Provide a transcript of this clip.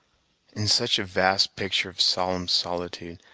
in such a vast picture of solemn solitude,